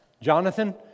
Jonathan